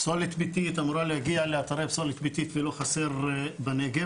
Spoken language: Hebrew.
פסולת ביתית אמורה להגיע לאתרי פסולת ביתית ולא חסר בנגב.